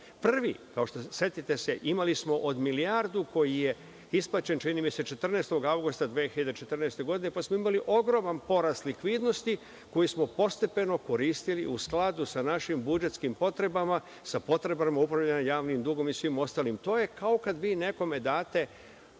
finansiranja. Setite se, imali smo milijardu koja je isplaćena, čini mi se 14. avgusta 2014. godine pa smo imali ogroman porast likvidnosti koji smo postepeno koristili u skladu sa našim budžetskim potrebama, sa potrebama obavljanja javnim dugom i svim ostalim. To je kao kada nekome date